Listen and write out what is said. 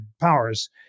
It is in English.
powers